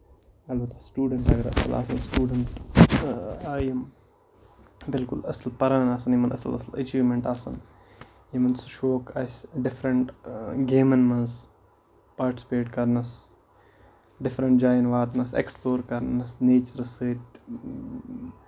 اَلبتہ سِٹوٗڈنٹ اگر اتھ منٛز آسن سِٹوٗڈنٹ آیہِ بالکُل اَصٕل پران یِم اصٕل اَصٕل ایچیومینٹ آسان یِمن سُہ شوق آسہِ ڈِفریٚنٹ گیمَن منٛز پارٹِسِپیٹ کرنَس ڈفریٚنٹ جاین واتنَس ایٚکٕسپٕلور کَرنَس نیچُرَس سۭتۍ